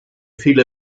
viele